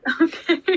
Okay